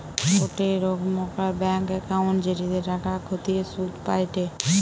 গোটে রোকমকার bank account জেটিতে টাকা খতিয়ে শুধ পায়টে